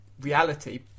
reality